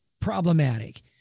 problematic